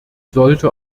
sollte